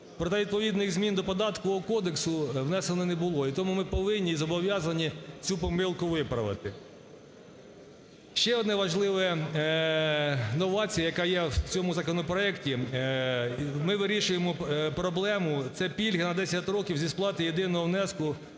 Проте відповідних змін по Податкового кодексу внесено не було і тому ми повинні, і зобов'язані цю помилку виправити. Ще одна важлива новація, яка є в цьому законопроекті, ми вирішуємо проблему, – це пільги на 10 років зі сплатою єдиного внеску